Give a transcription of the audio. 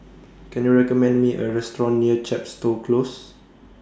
Can YOU recommend Me A Restaurant near Chepstow Close